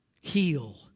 Heal